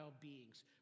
beings